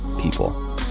people